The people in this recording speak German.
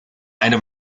eine